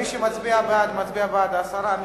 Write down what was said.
מי שמצביע בעד מצביע בעד ההסרה.